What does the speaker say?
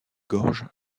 gorges